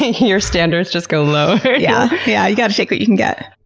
your standards just go lower. yeah, yeah you gotta take what you can get.